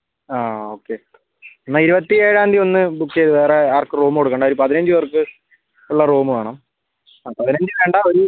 ആ ഓക്കെ എന്നാൽ ഇരുപത്തി ഏഴാം തീയതി ഒന്ന് ബുക്ക് ചെയ്തോ വേറെ ആർക്കും റൂം കൊടുക്കേണ്ട ഒരു പതിനഞ്ച് പേർക്ക് ഉള്ള റൂമ് വേണം ആ പതിനഞ്ച് വേണ്ട ഒരു